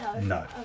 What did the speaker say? No